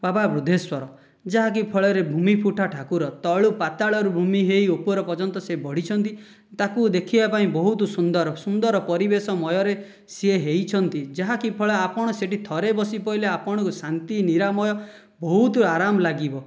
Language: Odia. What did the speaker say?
ବାବା ବୁଧେଶ୍ଵର ଯାହାକି ଫଳରେ ଭୂମିଫୁଟା ଠାକୁର ତଳୁ ପାତାଳରୁ ଭୂମି ହୋଇ ଉପର ପର୍ଯ୍ୟନ୍ତ ସେ ବଢ଼ିଛନ୍ତି ତାକୁ ଦେଖିବା ପାଇଁ ବହୁତ ସୁନ୍ଦର ସୁନ୍ଦର ପରିବେଶମୟରେ ସେ ହୋଇଛନ୍ତି ଯାହାକି ଫଳରେ ଆପଣ ସେଇଠି ଥରେ ବସି ପଡ଼ିଲେ ଆପଣଙ୍କୁ ଶାନ୍ତି ନିରାମୟ ବହୁତ ଆରମ୍ ଲାଗିବ